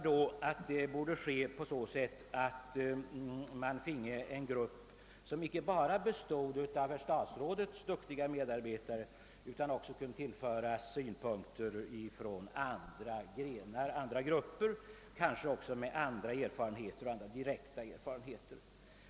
Det bör ske av en grupp som inte bara består av statsrådets duktiga medarbetare utan som också kunde tillföras synpunkter från andra grupper, som har andra och mera direkta erfarenheter.